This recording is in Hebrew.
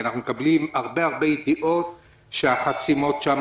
אנחנו מקבלים הרבה הרבה ידיעות שהחסימות שם